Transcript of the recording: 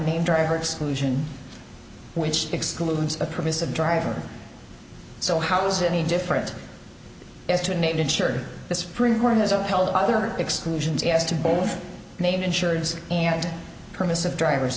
name driver exclusion which excludes a permissive driver so how is it any different as to make sure the supreme court has upheld other exclusions as to both named insurance and permissive drivers